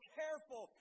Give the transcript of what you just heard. careful